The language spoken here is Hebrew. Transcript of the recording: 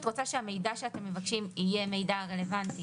רוצה שהמידע שאתם מבקשים יהיה מידע רלוונטי.